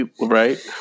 right